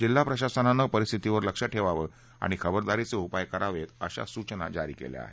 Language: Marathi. जिल्हा प्रशासनानं परिस्थितीवर लक्ष ठेवावं आणि खबरदारीचे उपाय करावेत अशा सूचना जारी करण्यात आल्या आहेत